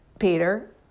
Peter